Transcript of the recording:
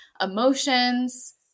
emotions